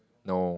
no